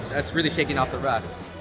that's really shaking off the rust.